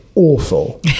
awful